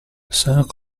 cinq